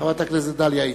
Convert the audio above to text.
חברת הכנסת דליה איציק.